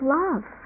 love